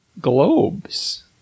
Globes